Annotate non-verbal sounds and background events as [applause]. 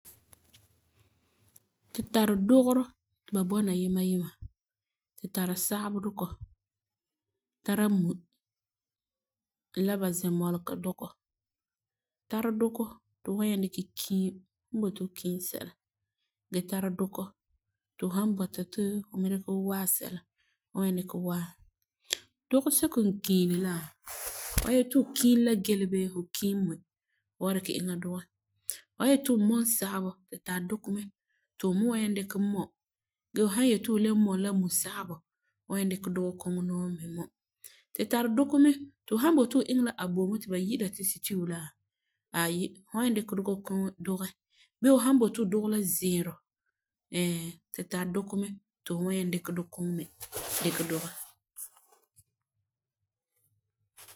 Tu tari dugerɔ ti ba bɔna yima yima. Tu tari sagebɔ dukɔ, tara muia ba zɛmɔlega dukɔ, tara dukɔ ti fu wa nyaŋɛ dikɛ kiim fu boti fu kiim sɛla gee tara dukɔ ti fu me san bɔta ti fu waa sɛla, fu wan nyaŋɛ dikɛ waa. Dukɔ sɛko n kiini la, fu san yeti fu kiim la gele bee fu kiim mui, fu wan dikɛ iŋa dugɛ. Fu san yeti fu mɔm sagebɔ tu tari dukɔ mɛ ti fu me wan nyaŋɛ dikɛ mɔm, fu san le yeti fu mɔm la musagebɔ, fu wan nyaŋɛ dikɛ dukɔ koŋɔ nɔɔ mi mɔm. Tu tari dukɔ me ti fu san boti fu iŋɛ abomu ti ba yi'ira ti sitiwu la aayi fu wan nyaŋɛ dikɛ dukɔ koŋɔ dugɛ. Bee fu san boti fu dugɛ la zɛɛrɔ [hesitation] tu tari dukɔ koŋɔ me ti fu wa nyaŋɛ dikɛ dugɛ.